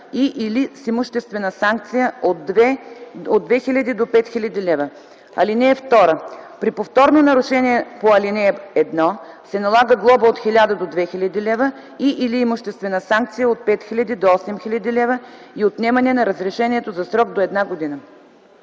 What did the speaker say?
и/или с имуществена санкция от 2000 до 5000 лв. (2) При повторно нарушение по ал. 1 се налага глоба от 1000 до 2000 лв. и/или имуществена санкция от 5000 до 8000 лв. и отнемане на разрешението за срок до една година.”